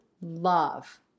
love